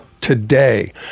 today